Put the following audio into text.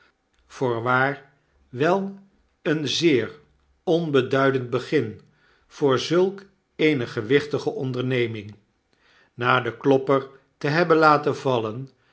wel een zeer onbeduidend begin voor zulkeenegewichtige qnderneming na den hopper te hebben laten vallen